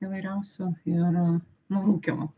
įvairiausių ir nuo rūkymo